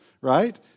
right